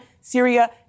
Syria